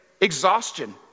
exhaustion